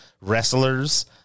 wrestlers